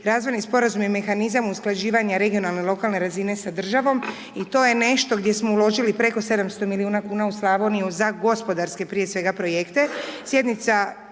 razvojni Sporazum je mehanizam usklađivanja regionalne lokalne razine sa državom i to je nešto gdje smo uložili preko 700 milijuna kuna u Slavoniju za gospodarske, prije svega, projekte.